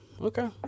Okay